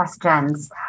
questions